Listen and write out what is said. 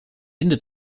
winde